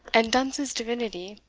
and dunse's divinity,